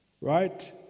Right